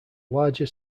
larger